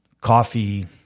coffee